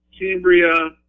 Cambria